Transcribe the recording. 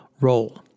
role